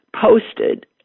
posted